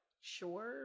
sure